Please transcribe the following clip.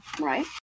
Right